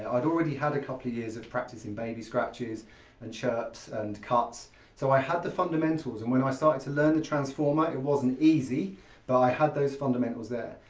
ah i'd already had a couple years of practising baby scratches and chirps and cuts so i had the fundamentals and when i started to learn the transformer it wasn't easy but i had those fundamentals there.